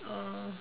oh